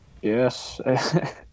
Yes